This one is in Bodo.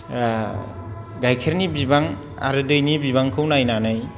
गाइखेरनि बिबां आरो दैनि बिबांखौ नायनानै